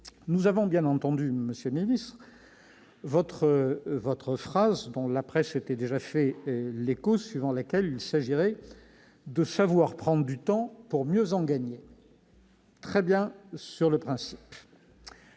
Nous avons bien entendu, monsieur le secrétaire d'État, votre phrase, dont la presse s'était déjà fait l'écho, suivant laquelle il s'agirait de savoir prendre du temps pour mieux en gagner. Sur le principe,